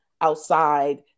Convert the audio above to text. outside